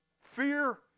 fear